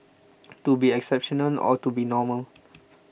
to be exceptional or to be normal